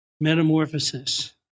Metamorphosis